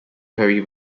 very